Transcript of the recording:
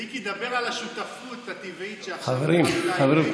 מיקי, דבר על השותפות הטבעית, עם